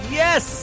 yes